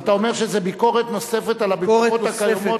אתה אומר שזה ביקורת נוספת על הביקורות הקיימות.